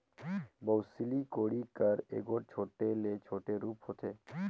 बउसली कोड़ी कर एगोट छोटे ले छोटे रूप होथे